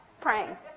praying